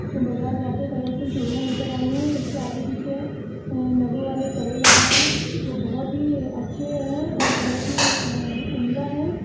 میں بازار جا کے کلرفل چوڑیاں لے کر آئی ہوں اس کے آگے پیچھے نگوں والے کڑے لگائے وہ بہت ہی اچھے ہیں اور بہت ہی عمدہ ہیں